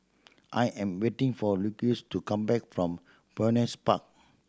I am waiting for Lucius to come back from Phoenix Park